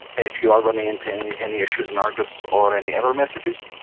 if you are running into any any issues in argos or any error messages,